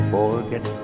Forget